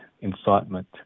incitement